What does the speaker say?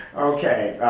okay,